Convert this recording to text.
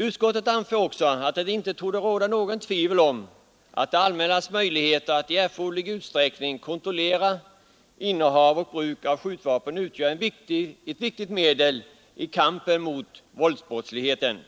Utskottet anför också att det inte torde råda något tvivel om att det allmännas möjlighet att i erforderlig utsträckning kontrollera innehav och bruk av skjutvapen utgör ett viktigt medel i kampen mot våldsbrottsligheten.